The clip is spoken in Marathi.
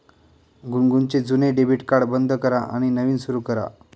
गुनगुनचे जुने डेबिट कार्ड बंद करा आणि नवीन सुरू करा